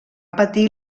patir